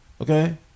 Okay